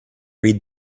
read